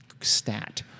Stat